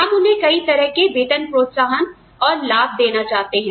हम उन्हें कई तरह के वेतन प्रोत्साहन और लाभ देना चाहते हैं